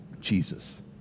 Jesus